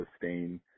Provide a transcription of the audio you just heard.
sustain